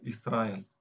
Israel